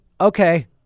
okay